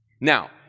Now